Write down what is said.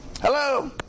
Hello